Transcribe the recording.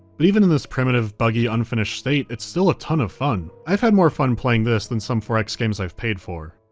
but even in this primitive, buggy, unfinished state, it's still a ton of fun. i've had more fun playing this than some four x games i've paid for.